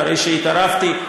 אחרי שהתערבתי,